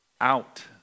out